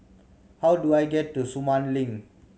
how do I get to Sumang Link